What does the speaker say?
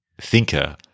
thinker